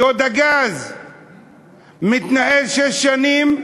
שוד הגז מתנהל שש שנים במחשכים.